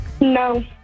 No